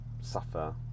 suffer